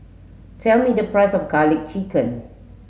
tell me the price of garlic chicken